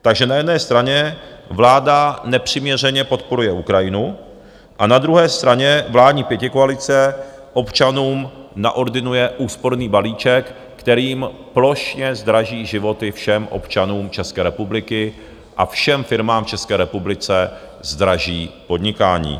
Takže na jedné straně vláda nepřiměřeně podporuje Ukrajinu a na druhé straně vládní pětikoalice občanům naordinuje úsporný balíček, kterým plošně zdraží životy všem občanům České republiky a všem firmám v České republice zdraží podnikání.